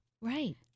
Right